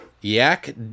Yak